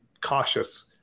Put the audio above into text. cautious